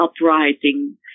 uprising